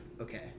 okay